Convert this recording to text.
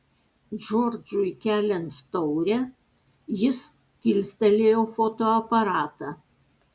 džordžui keliant taurę jis kilstelėjo fotoaparatą